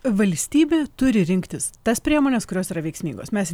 valstybė turi rinktis tas priemones kurios yra veiksmingos mes